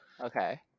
Okay